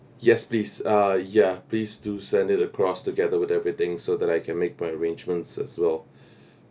yes please uh ya please do send it across together with everything so that I can make my arrangements as well